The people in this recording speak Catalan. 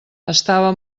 estava